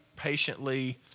patiently